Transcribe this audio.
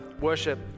worship